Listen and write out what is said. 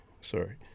Sorry